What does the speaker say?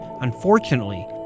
Unfortunately